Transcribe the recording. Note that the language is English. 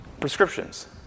prescriptions